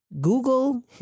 google